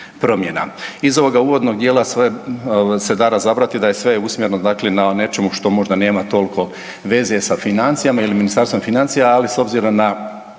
Iz ovoga uvodnog dijela se da razbrati da je sve usmjereno dakle na nečemu što možda nema toliko veze sa financijama ili Ministarstvom financija ali s obzirom na